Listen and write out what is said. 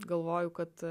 galvoju kad